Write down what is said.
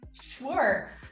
Sure